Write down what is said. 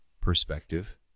perspective